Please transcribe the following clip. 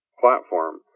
platform